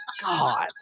God